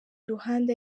ruhande